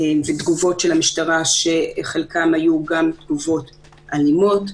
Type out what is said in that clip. ותגובות של המשטרה, שחלקן היו גם תגובות אלימות.